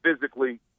physically –